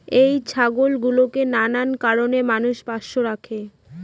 এই ছাগল গুলোকে নানান কারণে মানুষ পোষ্য রাখে